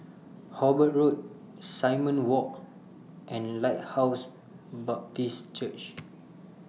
Hobart Road Simon Walk and Lighthouse Baptist Church